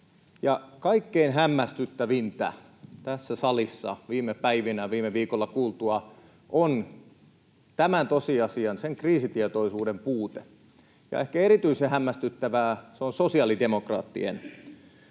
Kaikkein hämmästyttävintä tässä salissa viime päivinä ja viime viikolla kuultua on tähän tosiasiaan nähden kriisitietoisuuden puute. Ja ehkä erityisen hämmästyttävää se on sosiaalidemokraattien puolelta,